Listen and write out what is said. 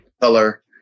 color